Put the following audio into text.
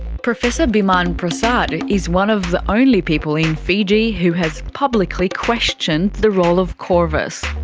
professor biman prasad is one of the only people in fiji who has publicly questioned the role of qorvis.